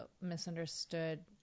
misunderstood